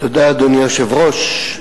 אדוני היושב-ראש,